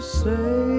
say